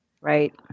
Right